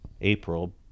April